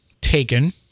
taken